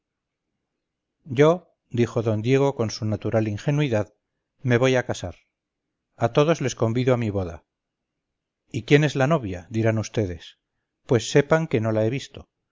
yo dijo d diego con su natural ingenuidad me voy a casar a todos les convido a mi boda yquién es la novia dirán vds pues sepan que no la he visto